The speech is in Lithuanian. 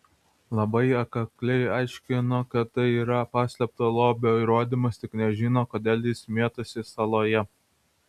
labai atkakliai aiškino kad tai yra paslėpto lobio įrodymas tik nežino kodėl jis mėtosi saloje